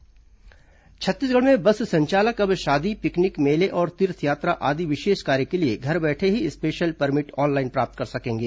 बस परमिट छत्तीसगढ़ में बस संचालक अब शादी पिकनिक मेले और तीर्थयात्रा आदि विशेष कार्य के लिए घर बैठे ही स्पेशल परमिट ऑनलाइन प्राप्त कर सकेंगे